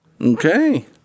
Okay